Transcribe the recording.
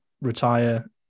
retire